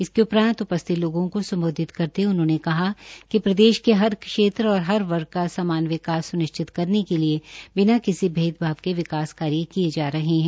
इसके उ रांत उ स्थित लोगों को संबोधित करते हए उन्होंने कहा कि प्रदेश के हर क्षेत्र और हर वर्ग का समान विकास सुनिश्चित करने के लिए बिना किसी भेदभाव के विकास कार्य किए जा रहे हैं